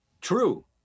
True